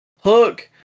Hook